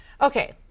Okay